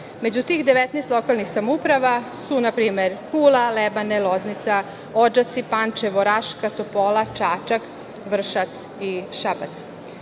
Među tih 19 lokalnih samouprava su, na primer, Kula, Lebane, Loznica, Odžaci, Pančevo, Raška, Topola, Čačak, Vršac i Šabac. Mislim